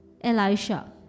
Elisha